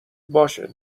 باشه